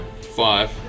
Five